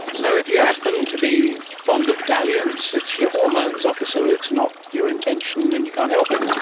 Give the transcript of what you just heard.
so if you happened to be fond of dalliance, it's your hormones, officer, it's not your intention and you can't help it.